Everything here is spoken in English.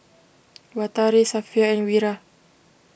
Batari Safiya and Wira